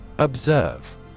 Observe